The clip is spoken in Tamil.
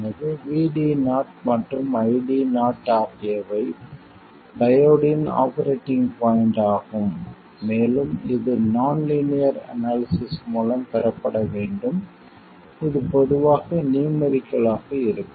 எனவே VD0 மற்றும் ID0 ஆகியவை டையோடின் ஆபரேட்டிங் பாய்ண்ட் ஆகும் மேலும் இது நான் லீனியர் அனாலிசிஸ் மூலம் பெறப்பட வேண்டும் இது பொதுவாக நியூமெரிக்கல் ஆக இருக்கும்